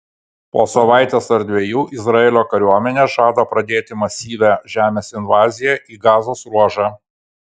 po savaitės ar dviejų izraelio kariuomenė žada pradėti masyvią žemės invaziją į gazos ruožą